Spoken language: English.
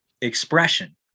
expression